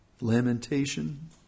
lamentation